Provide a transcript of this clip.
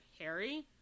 harry